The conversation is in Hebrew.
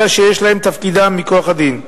אלא שיש להם תפקידים מכוח הדין.